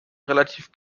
relativ